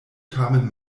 tamen